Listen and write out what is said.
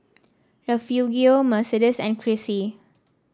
Refugio Mercedes and Crissy